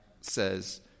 says